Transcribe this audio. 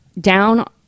down